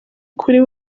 kuri